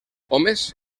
homes